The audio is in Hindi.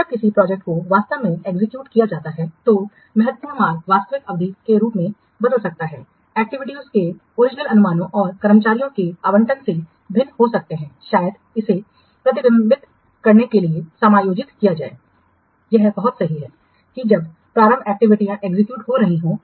जब किसी प्रोजेक्ट को वास्तव में निष्पादित किया जाता है तो महत्वपूर्ण मार्ग वास्तविक अवधि के रूप में बदल सकता है एक्टिविटीयों के ओरिजिनल अनुमानों और कर्मचारियों के आवंटन से भिन्न हो सकते हैं शायद इसे प्रतिबिंबित करने के लिए समायोजित किया जाए यह बहुत सही है कि जब प्रारंभ एक्टिविटीयां एग्जीक्यूट हो रही हों